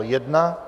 1.